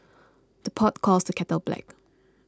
the pot calls the kettle black